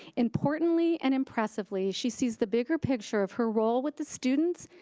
importantly and impressively, she sees the bigger picture of her role with the students,